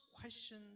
question